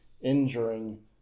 injuring